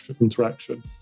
interaction